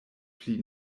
pli